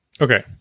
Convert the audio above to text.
Okay